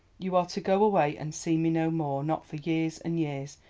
you are to go away and see me no more, not for years and years.